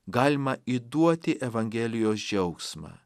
galima įduoti evangelijos džiaugsmą